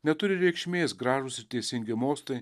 neturi reikšmės gražūs ir teisingi mostai